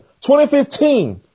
2015